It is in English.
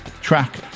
track